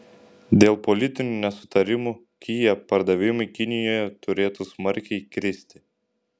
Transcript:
dėl politinių nesutarimų kia pardavimai kinijoje turėtų smarkiai kristi